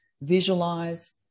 visualize